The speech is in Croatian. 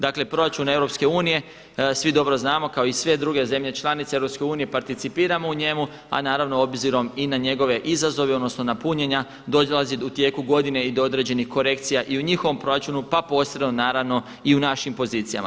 Dakle proračun EU svi dobro znamo kao i sve druge zemlje članice EU participiramo u njemu a naravno obzirom i na njegove izazove odnosno na punjenja dolazi u tijeku godinu do određeni korekcija i u njihovom proračunu pa posredno naravno i u našim pozicijama.